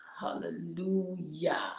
Hallelujah